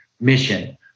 mission